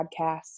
podcast